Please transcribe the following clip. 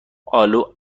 آلو